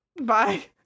bye